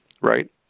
right